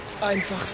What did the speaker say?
Einfach